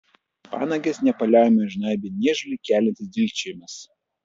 panages nepaliaujamai žnaibė niežulį keliantis dilgčiojimas